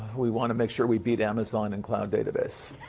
we want to make sure we beat amazon in cloud database.